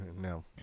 no